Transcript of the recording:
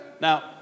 Now